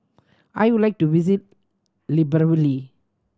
I would like to visit Libreville